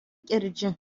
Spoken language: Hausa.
kirji